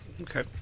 Okay